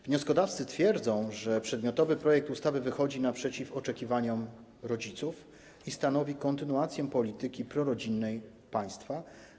Wnioskodawcy twierdzą, że przedmiotowy projekt ustawy wychodzi naprzeciw oczekiwaniom rodziców i stanowi kontynuację polityki prorodzinnej państwa.